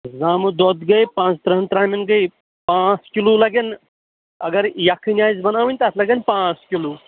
زامُت دۄد گٔے پانٛژھ تٕرٛہَن ترٛامٮ۪ن گٔے پانٛژھ کِلوٗ لَگَن اگر یَکھٕنۍ آسہِ بَناوٕنۍ تَتھ لَگَن پانٛژھ کِلوٗ